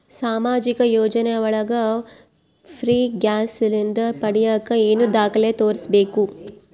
ಸಾಮಾಜಿಕ ಯೋಜನೆ ಒಳಗ ಫ್ರೇ ಗ್ಯಾಸ್ ಸಿಲಿಂಡರ್ ಪಡಿಯಾಕ ಏನು ದಾಖಲೆ ತೋರಿಸ್ಬೇಕು?